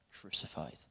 crucified